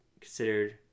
considered